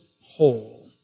whole